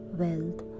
wealth